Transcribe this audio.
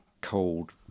cold